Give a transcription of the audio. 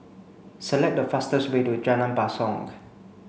select the fastest way to Jalan Basong